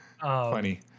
Funny